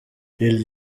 lil